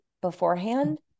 beforehand